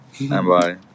bye